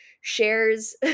shares